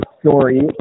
story